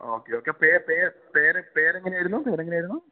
okay okay പേര് പേര് പേരെങ്ങനായിരുന്നു പേരെങ്ങനായിരുന്നു